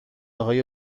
های